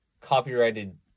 copyrighted